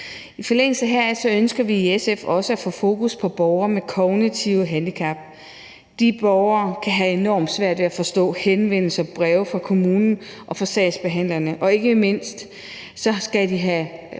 I forlængelse heraf ønsker vi i SF også at få fokus på borgere med kognitive handicap. De borgere kan have enormt svært ved at forstå henvendelser, breve fra kommunen og fra sagsbehandlerne, og de skal ikke mindst både have